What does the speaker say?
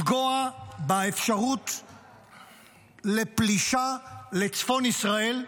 לפגוע באפשרות לפלישה לצפון ישראל.